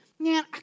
man